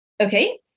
Okay